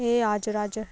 ए हजुर हजुर